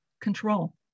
control